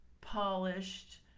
polished